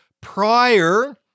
prior